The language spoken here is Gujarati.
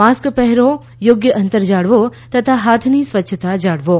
માસ્ક પહેરો યોગ્ય અંતર જાળવો તથા હાથની સ્વચ્છતા જાળવો